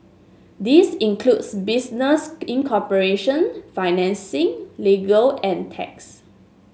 this includes business incorporation financing legal and tax